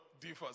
differs